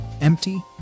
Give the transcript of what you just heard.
Empty